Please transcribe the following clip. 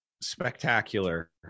spectacular